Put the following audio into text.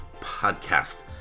podcast